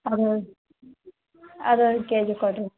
ಅದು ಅದು ಐದು ಕೆಜಿ ಕೊಡಿರಿ